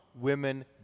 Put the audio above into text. women